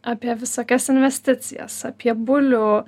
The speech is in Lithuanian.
apie visokias investicijas apie bulių